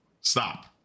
stop